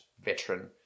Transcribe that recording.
veteran